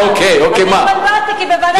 אוקיי, יכול להיות שהצבעתי בעד.